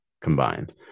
combined